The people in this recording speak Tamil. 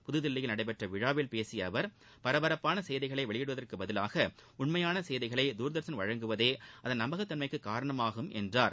புதுதில்லியில் நடைபெற்ற விழாவில் பேசிய அவர் பரபரப்பான செய்திகளை வெளியிடுவதற்கு பதிலாக உண்மையான செய்திகளை தூர்தர்ஷன் வழங்குவதே அதன் நம்பகத்தன்மைக்கு காரணமாகும் என்றார்